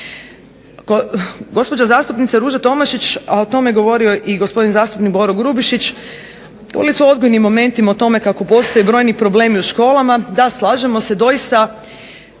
Gospođa zastupnica Ruža Tomašić, a o tome je govorio i gospodin zastupnik Boro Grubišić govorili su o odgojnim momentima, o tome kako postoje brojni problemi u školama. Da, slažemo se. Doista